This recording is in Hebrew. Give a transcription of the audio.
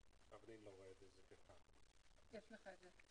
היושב ראש של המועצה הזו הוא שר